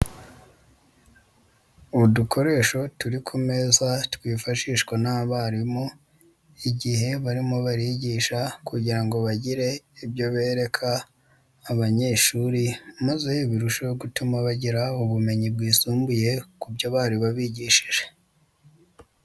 Udukoresho turi ku meza twifashishwa n'abarimu, igihe barimo barigisha kugira ngo bagire ibyo bereka abanyeshuri maze birusheho gutuma bagira ubumenyi bwisumbuye ku byo bari ba bigishije.